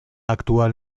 actual